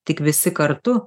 tik visi kartu